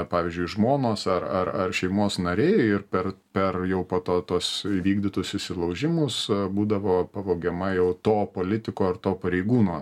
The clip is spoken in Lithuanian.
pavyzdžiui žmonos ar ar ar šeimos nariai ir per per jau po to tuos įvykdytus įsilaužimus būdavo pavogiama jau to politiko ar to pareigūno